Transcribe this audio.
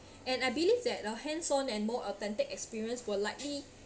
and I believe that the hands on and more authentic experience will likely